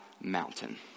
mountain